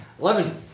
Eleven